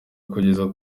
kugeza